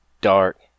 dark